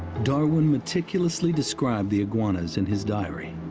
darwin meticulously described the iguanas in his diary,